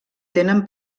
tenen